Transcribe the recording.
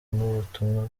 ubutumwa